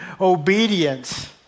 obedience